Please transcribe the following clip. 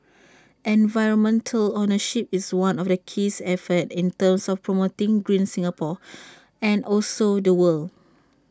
environmental ownership is one of the keys efforts in terms of promoting green Singapore and also the world